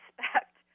respect